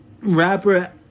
rapper